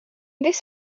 this